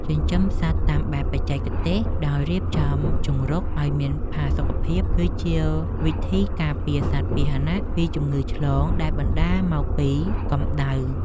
ចិញ្ចឹមសត្វតាមបែបបច្ចេកទេសដោយរៀបចំជង្រុកឱ្យមានផាសុកភាពគឺជាវិធីការពារសត្វពាហនៈពីជំងឺឆ្លងដែលបណ្ដាលមកពីកម្ដៅ។